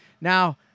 Now